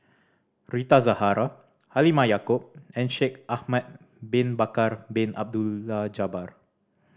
Rita Zahara Halimah Yacob and Shaikh Ahmad Bin Bakar Bin Abdullah Jabbar